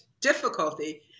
difficulty